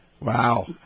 Wow